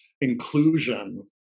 inclusion